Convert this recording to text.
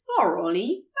thoroughly